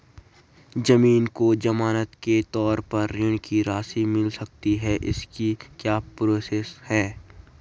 ज़मीन को ज़मानत के तौर पर ऋण की राशि मिल सकती है इसकी क्या प्रोसेस है?